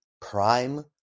prime